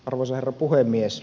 arvoisa herra puhemies